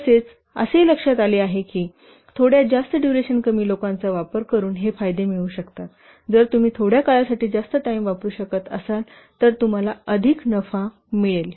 तसेच असेही लक्षात आले आहे की थोड्या जास्त डुरेशन कमी लोकांचा उपयोग करून हे फायदे मिळू शकतात जर तुम्ही थोड्या काळासाठी जास्त टाइम वापरु शकत असाल तर तुम्हाला अधिक नफा मिळेल